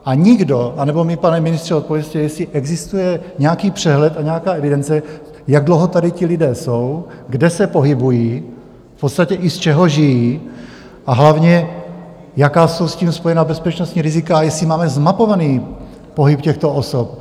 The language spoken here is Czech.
A nikdo anebo mi, pane ministře, odpovězte, jestli existuje nějaký přehled a nějaká evidence, jak dlouho tady ti lidé jsou, kde se pohybují, v podstatě i z čeho žijí, a hlavně, jaká jsou s tím spojena bezpečnostní rizika a jestli máme zmapovaný pohyb těchto osob.